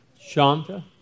Shanta